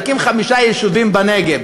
להקים חמישה יישובים בנגב,